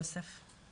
יוסף.